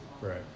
Right